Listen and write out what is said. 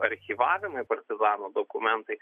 archyvavimui partizanų dokumentai